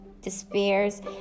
despairs